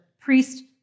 priest